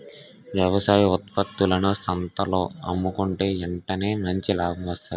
వ్యవసాయ ఉత్త్పత్తులను సంతల్లో అమ్ముకుంటే ఎంటనే మంచి లాభం వస్తాది